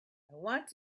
want